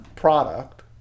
product